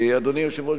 אדוני היושב-ראש,